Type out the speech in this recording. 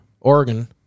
Oregon